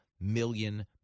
million